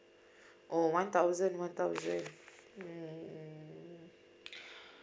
oh one thousand one thousand mm